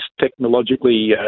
technologically